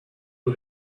who